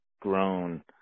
grown